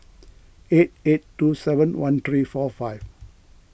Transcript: eight eight two seven one three four five